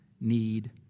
need